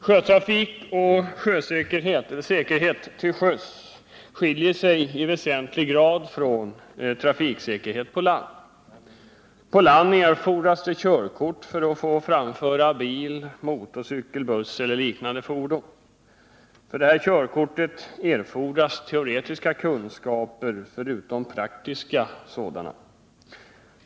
Sjötrafikfrågor och spörsmål om säkerhet till sjöss skiljer sig i väsentlig grad från frågor om trafiksäkerhet på land. I vad gäller trafik på land erfordras körkort för att få framföra bil, motorcykel, buss eller liknande fordon. För erhållande av dessa körkort erfordras förutom praktiska kunskaper också teoretiska sådana.